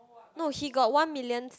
no he got one million